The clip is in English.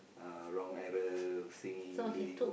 uh wrong error singing doing